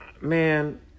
Man